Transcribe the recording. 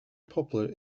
popular